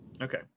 Okay